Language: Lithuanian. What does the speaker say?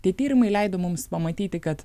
tie tyrimai leido mums pamatyti kad